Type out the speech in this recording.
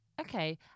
Okay